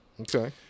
Okay